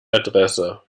adresse